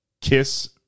kiss